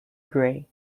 grey